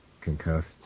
concussed